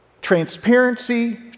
Transparency